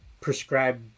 prescribed